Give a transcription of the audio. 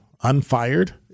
unfired